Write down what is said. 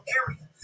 area